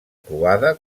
croada